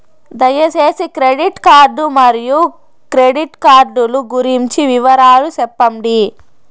దయసేసి credit card మరియు credit card లు గురించి వివరాలు సెప్పండి?